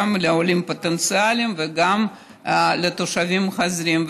אלא גם לעולים פוטנציאליים וגם לתושבים חוזרים.